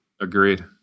Agreed